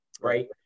right